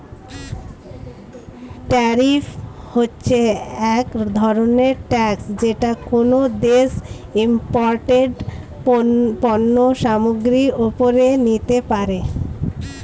tariff হচ্ছে এক ধরনের ট্যাক্স যেটা কোনো দেশ ইমপোর্টেড পণ্য সামগ্রীর ওপরে নিতে পারে